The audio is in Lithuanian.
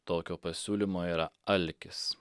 tokio pasiūlymo yra alkis